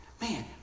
Man